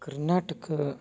Karnataka